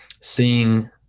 seeing